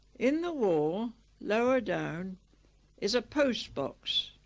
in the wall lower down is a post box.